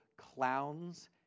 Clowns